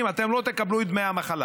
מאוגדים, אתם לא תקבלו את דמי המחלה?